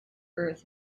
earth